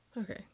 Okay